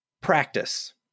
practice